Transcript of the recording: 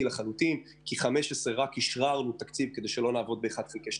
לחלוטין כי 2015 רק אישררנו תקציב כדי שלא נעבוד ב1/12.